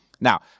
Now